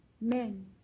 men